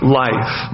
life